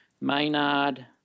Maynard